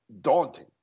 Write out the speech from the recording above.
daunting